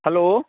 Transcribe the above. hello